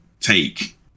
take